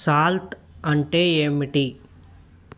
salt అంటే ఏమిటి